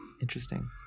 Interesting